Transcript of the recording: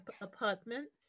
apartment